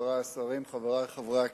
חברי השרים, חברי חברי הכנסת,